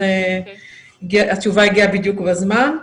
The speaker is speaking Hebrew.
התשובה הגיעה בדיוק בזמן.